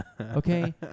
okay